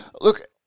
Look